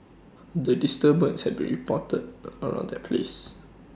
the disturbance had be reported around that place